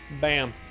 bam